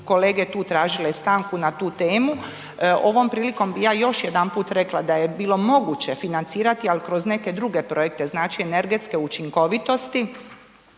kolege tu tražile stanku na tu temu. Ovom prilikom bi ja još jedanput rekla da je bilo moguće financirati ali kroz neke druge projekte, znači energetske učinkovitosti